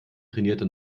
trainierte